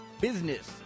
Business